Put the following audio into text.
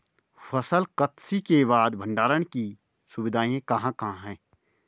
फसल कत्सी के बाद भंडारण की सुविधाएं कहाँ कहाँ हैं?